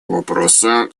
вопроса